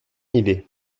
idée